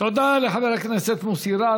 תודה לחבר הכנסת מוסי רז.